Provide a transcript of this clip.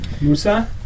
Musa